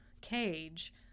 cage